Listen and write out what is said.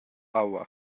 aua